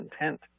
intent